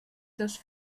seus